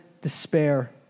despair